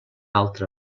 altra